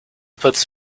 puts